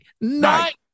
Night